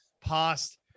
past